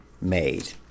made